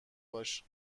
باش